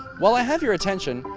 while i have your attention,